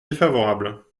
défavorable